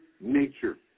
nature